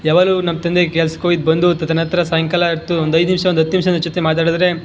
ಯಾವಾಗಲೂ ನಮ್ಮ ತಂದೆ ಕೆಲ್ಸಕ್ಕೆ ಹೋಗಿ ಬಂದು ತದನಂತರ ಸಾಯಂಕಾಲ ಆಯಿತು ಒಂದು ಐದು ನಿಮಿಷ ಒಂದು ಹತ್ತು ನಿಮಿಷ ಅವ್ರ ಜೊತೆ ಮಾತಾಡಿದರೆ